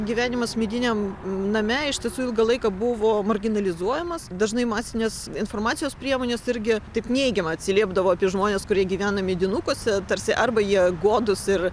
gyvenimas mediniam name iš tiesų ilgą laiką buvo marginalizuojamas dažnai masinės informacijos priemonės irgi taip neigiamai atsiliepdavo apie žmones kurie gyvena medinukuose tarsi arba jie godūs ir